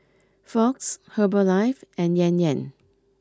Fox Herbalife and Yan Yan